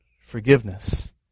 forgiveness